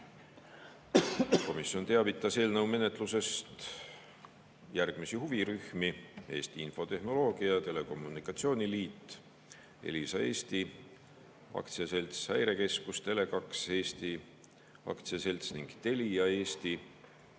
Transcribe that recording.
Komisjon teavitas eelnõu menetlusest järgmisi huvirühmi: Eesti Infotehnoloogia ja Telekommunikatsiooni Liit, Elisa Eesti Aktsiaselts, Häirekeskus, Tele2 Eesti Aktsiaselts ning Telia Eesti.